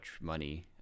money